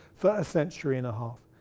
for a century and a half.